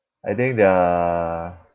I think there are